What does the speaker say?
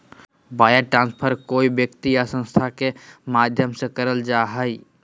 wire transfer कोय व्यक्ति या संस्था के माध्यम से करल जा हय